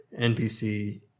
NPC